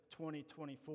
2024